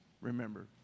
remember